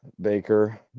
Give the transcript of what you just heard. Baker